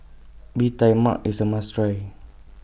Bee Tai Mak IS A must Try